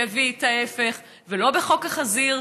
שהביא את ההפך ולא בחוק החזיר,